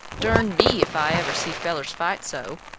dern me if i ever see fellers fight so.